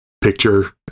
picture